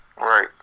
Right